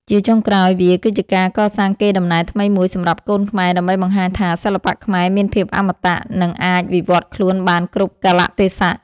ជាចុងក្រោយ វាគឺជាការកសាងកេរដំណែលថ្មីមួយសម្រាប់កូនខ្មែរ ដើម្បីបង្ហាញថា សិល្បៈខ្មែរមានភាពអមតៈ និងអាចវិវត្តខ្លួនបានគ្រប់កាលៈទេសៈ។